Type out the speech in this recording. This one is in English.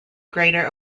greater